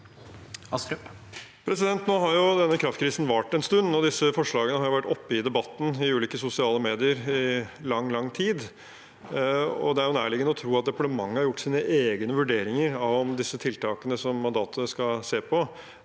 Nå har jo denne kraftkrisen vart en stund, og disse forslagene har vært oppe i debatten i ulike sosiale medier i lang, lang tid. Det er nærliggende å tro at departementet har gjort sine egne vurderinger av om disse tiltakene som mandatet skal se på,